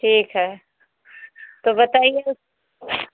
ठीक है तो बताइये